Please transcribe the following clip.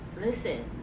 listen